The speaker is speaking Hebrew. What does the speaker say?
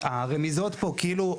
הרמיזות פה כאילו,